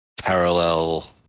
parallel